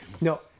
No